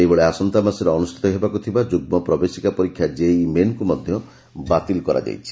ସେହିଭଳି ଆସନ୍ତାମାସରେ ଅନୁଷିତ ହେବାକୁ ଥିବା ଯୁଗ୍ମ ପ୍ରବେଶିକା ପରୀକ୍ଷା ଜେଇ ମେନ୍କୁ ମଧ୍ଧ ବାତିଲ କରାଯାଇଛି